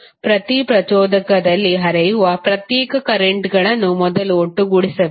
ಪ್ರತಿ ಪ್ರಚೋದಕದಲ್ಲಿ ಹರಿಯುವ ಪ್ರತ್ಯೇಕ ಕರೆಂಟ್ಗಳನ್ನು ಮೊದಲು ಒಟ್ಟುಗೂಡಿಸಬೇಕು